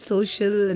Social